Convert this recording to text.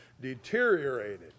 deteriorated